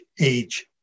age